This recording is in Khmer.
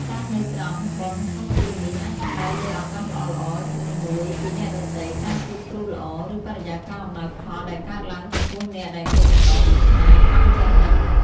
តាមន័យត្រង់ "បុណ្យ" ក្នុងទីនេះ អាចសំដៅលើឱកាសល្អៗ ជំនួយពីអ្នកដទៃ ការជួបគ្រូល្អ ឬបរិយាកាសអំណោយផលដែលកើតឡើងចំពោះអ្នកដែលមានបំណងប្រាថ្នាចង់ចេះដឹង។